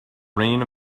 reign